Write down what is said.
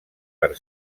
per